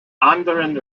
anderen